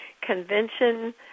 convention